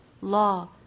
law